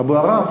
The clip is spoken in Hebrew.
אבו עראר.